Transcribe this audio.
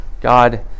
God